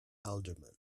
alderman